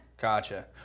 Gotcha